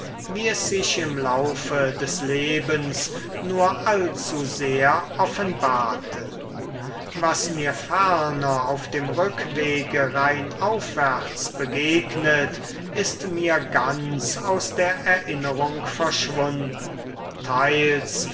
wie es sich im laufe des lebens nur allzu sehr offenbarte was mir ferner auf dem rückwege rheinaufwärts begegnet ist mir ganz aus der erinnerung verschwunden teils